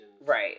right